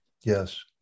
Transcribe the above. Yes